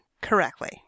correctly